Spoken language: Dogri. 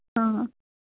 हां